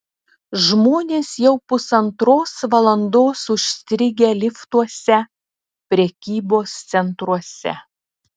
žmonės jau pusantros valandos užstrigę liftuose prekybos centruose